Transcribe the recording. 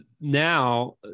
now